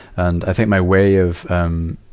and, i think my way of, um